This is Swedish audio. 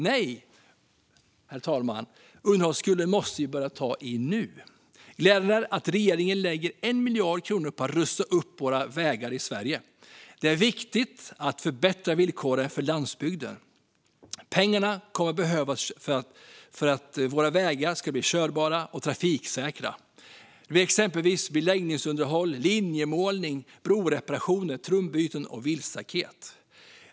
Nej, herr talman, underhållsskulden måste vi börja ta i nu. Det är glädjande att regeringen lägger 1 miljard kronor på att rusta upp våra vägar i Sverige. Det är viktigt att förbättra villkoren för landsbygden. Pengarna kommer att behövas för att våra vägar ska bli körbara och trafiksäkra. Det blir exempelvis beläggningsunderhåll, linjemålning, broreparationer, trumbyten och viltstaket.